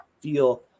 feel